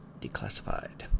declassified